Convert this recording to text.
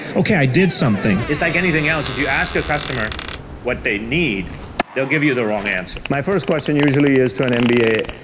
okay, i did something. it's like anything else, if you ask a customer what they need they'll give you the wrong answer. my first question usually is to an mba,